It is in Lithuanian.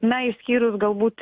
na išskyrus galbūt